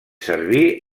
serví